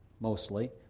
mostly